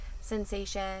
sensation